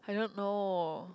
I don't know